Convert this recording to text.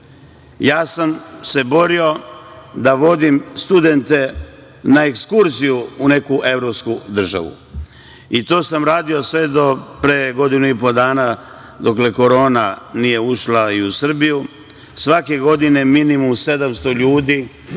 Ja sam se borio da vodim studente na ekskurziju u neku evropsku državu, i to sam radio do pre godinu i po dana dok korona nije ušla u Srbiju. Svake godine minimum 700 ljudi